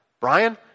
Brian